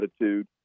attitude